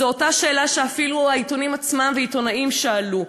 זו אותה שאלה שאפילו העיתונים עצמם ועיתונאים שאלו,